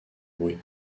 bruit